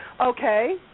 Okay